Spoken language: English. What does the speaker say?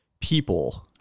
people